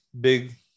big